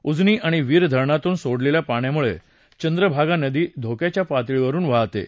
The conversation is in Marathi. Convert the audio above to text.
उजनी आणि वीर धरणातून सोडलेल्या पाण्यामुळे चंद्रभागा नदी धोक्याच्या पातळीवरून वाहतेय